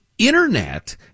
Internet